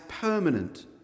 permanent